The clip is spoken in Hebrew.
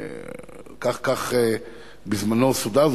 כך בזמנו סודר,